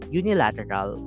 unilateral